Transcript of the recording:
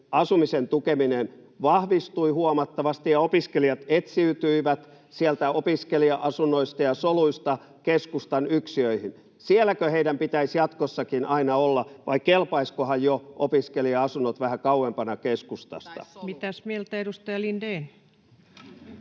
asumisen tukeminen vahvistui huomattavasti ja opiskelijat etsiytyivät sieltä opiskelija-asunnoista ja ‑soluista keskustan yksiöihin. Sielläkö heidän pitäisi jatkossakin aina olla, vai kelpaisivatkohan jo opiskelija-asunnot vähän kauempana keskustasta? [Laura Huhtasaari: